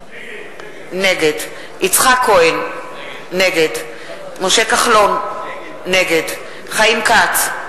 נגד יצחק כהן, נגד משה כחלון, נגד חיים כץ,